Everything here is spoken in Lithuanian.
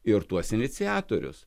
ir tuos iniciatorius